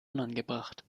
unangebracht